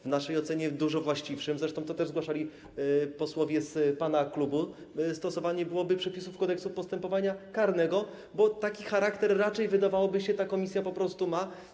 W naszej ocenie dużo właściwsze, zresztą to też zgłaszali posłowie z pana klubu, byłoby stosowanie przepisów Kodeksu postępowania karnego, bo taki charakter raczej, wydawałoby się, ta komisja po prostu ma.